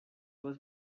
was